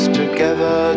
together